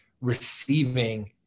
receiving